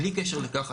בלי קשר לכך,